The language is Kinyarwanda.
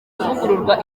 kuvugururwa